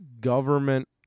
government